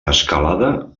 escalada